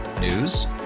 News